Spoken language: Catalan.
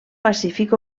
pacífic